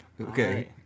Okay